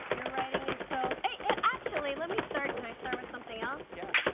you're writing is so, actually let me start, can i start with something else? yeah.